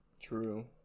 True